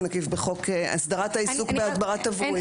עקיף בחוק הסדרת העיסוק בהדברה תברואית,